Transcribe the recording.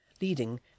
leading